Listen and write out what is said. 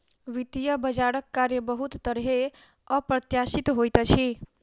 वित्तीय बजारक कार्य बहुत तरहेँ अप्रत्याशित होइत अछि